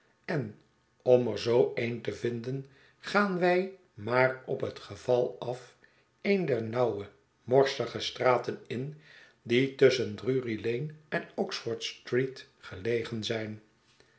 en om er zoo een te'vinden gaan wij maar op het geval af een der nauwe morsige straten in die tusschen drury-lane en oxford-street gelegen zijn